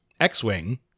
x-wing